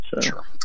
Sure